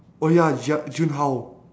oh ya j~ jun-hao